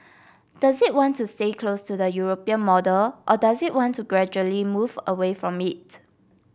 does it want to stay close to the European model or does it want to gradually move away from it